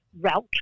route